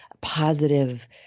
positive